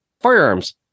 firearms